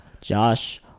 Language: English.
Josh